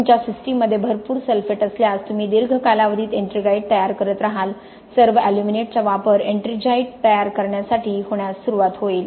तुमच्या सिस्टीममध्ये भरपूर सल्फेट असल्यास तुम्ही दीर्घ कालावधीत एट्रिंगाइट तयार करत राहाल सर्व अल्युमिनेटचा वापर एट्रिंजाइट तयार करण्यासाठी होण्यास सुरुवात होईल